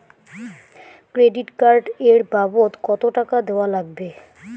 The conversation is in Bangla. ক্রেডিট কার্ড এর বাবদ কতো টাকা দেওয়া লাগবে?